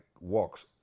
walks